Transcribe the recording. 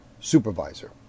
supervisor